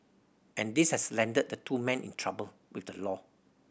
and this has landed the two men in trouble with the law